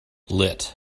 lit